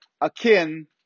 akin